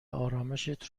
آرامِشت